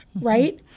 right